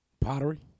Pottery